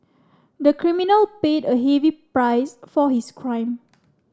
the criminal paid a heavy price for his crime